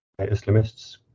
Islamists